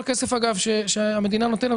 כל כסף שהמדינה נותנת,